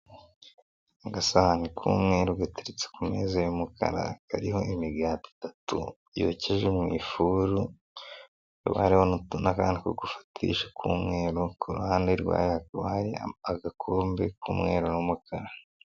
Mu gasahani k'umweru gateretse ku meza y'umukara kariho imigati itatu yokeje mu ifuru, hakaba hari n'akantu ko gufatisha k'umwe ku ruhande hari agakombe k'umweru n'umukara.